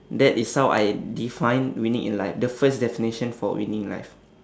that is how I define winning in life the first definition for winning in life